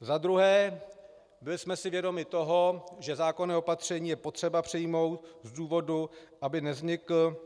Za druhé jsme si byli vědomi toho, že zákonné opatření je potřeba přijmout z důvodu, aby nevznikl